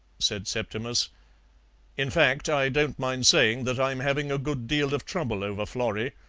said septimus in fact, i don't mind saying that i'm having a good deal of trouble over florrie.